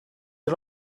you